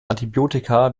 antibiotika